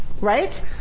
right